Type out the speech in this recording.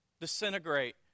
disintegrate